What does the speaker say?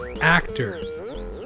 actor